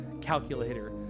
calculator